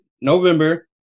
November